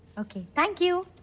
ok. thank you.